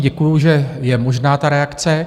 Děkuji, že je možná ta reakce.